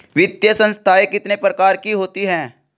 वित्तीय संस्थाएं कितने प्रकार की होती हैं?